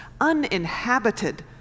uninhabited